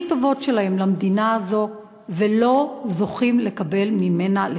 טובות שלהם למדינה הזו ולא זוכים לקבל ממנה,